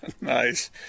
Nice